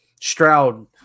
Stroud